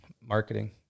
marketing